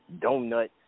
donuts